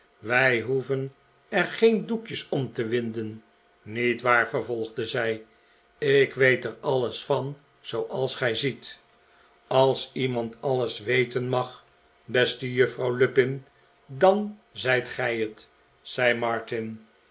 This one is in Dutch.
wij hoeven er geen doekjes om te winden niet waar vervolgde zij ik weet er alles van zooals gij ziet r als iemand alles weten mag beste juffrouw lupin dan zijt gij het zei martin